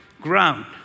ground